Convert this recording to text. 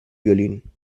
violín